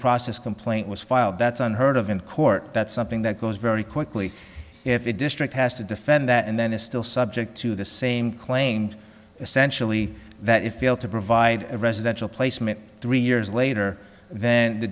process plaint was filed that's unheard of in court but something that goes very quickly if a district has to defend that and then is still subject to the same claimed essentially that it failed to provide a residential placement three years later then the